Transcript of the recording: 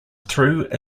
through